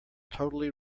totally